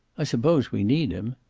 i suppose we need him.